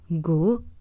Go